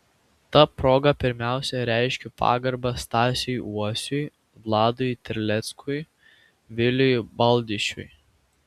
ta proga pirmiausia reiškiu pagarbą stasiui uosiui vladui terleckui viliui baldišiui